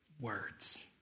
words